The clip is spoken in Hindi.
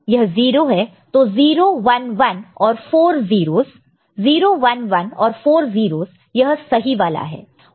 तो 0 1 1 और 4 0's 0 1 1 और 4 0's यह सही वाला है